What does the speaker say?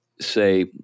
say